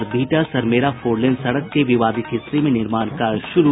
और Bihta Sarmera four lane सड़क के विवादित हिस्से में निर्माण कार्य शुरू